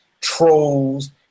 trolls